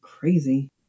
Crazy